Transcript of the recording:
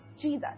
Jesus